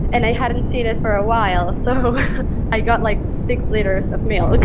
and i hadn't seen it for a while. so i got, like, six liters of milk,